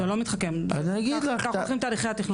זה לא מתחכם, ככה הולכים תהליכי תכנון.